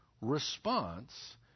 response